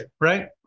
right